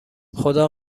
خدا